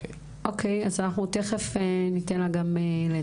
אנחנו ניתן לה תכף לדבר.